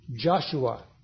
Joshua